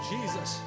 Jesus